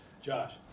Josh